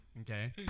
Okay